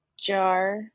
jar